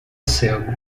cego